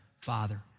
Father